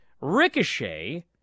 Ricochet